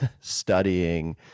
studying